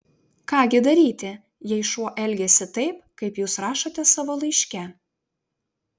ką gi daryti jei šuo elgiasi taip kaip jūs rašote savo laiške